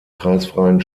kreisfreien